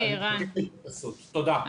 תודה.